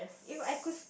if I could